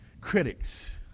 Critics